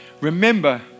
Remember